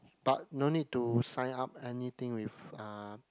but no need to sign up anything with uh